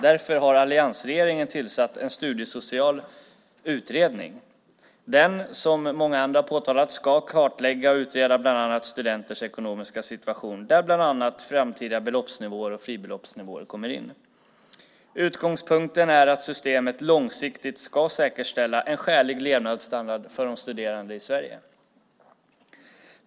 Därför har alliansregeringen tillsatt en studiesocial utredning. Den ska, som många andra påtalat, kartlägga och utreda bland annat studenters ekonomiska situation, där bland annat framtida beloppsnivåer och friloppsnivåer kommer in. Utgångspunkten är att systemet långsiktigt ska säkerställa en skälig levnadsstandard för de studerande i Sverige.